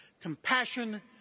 Compassion